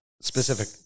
Specific